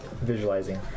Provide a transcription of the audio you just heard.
visualizing